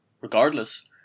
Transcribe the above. Regardless